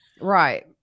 right